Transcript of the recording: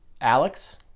Alex